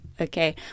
okay